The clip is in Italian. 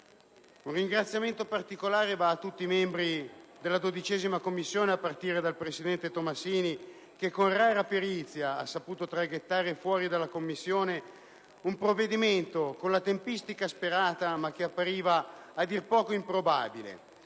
Un ringraziamento particolare va a tutti i membri della 12a Commissione, a partire dal presidente Tomassini, che con rara perizia ha saputo traghettare fuori dalla Commissione un provvedimento con la tempistica sperata, ma che appariva a dir poco improbabile,